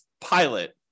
pilot